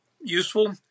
useful